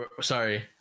Sorry